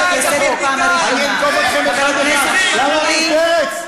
מי שמציג את עצמו כסוציאל-דמוקרט,